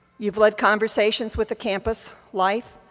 you've led conversations with the campus life.